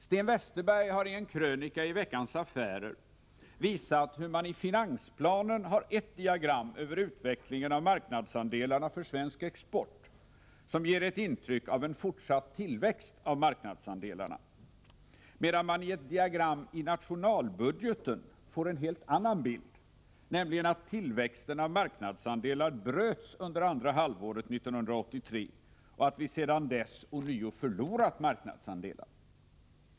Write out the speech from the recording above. Sten Westerberg har i en krönika i Veckans Affärer visat hur man i finansplanen har ett diagram över utvecklingen av marknadsandelarna för svensk export som ger ett intryck av en fortsatt tillväxt av marknadsandelarna, medan man i ett diagram i nationalbudgeten får en helt annan bild, nämligen att tillväxten av marknads andelar bröts under andra halvåret 1983 och att vi sedan dess ånyo förlorat marknadsandelar.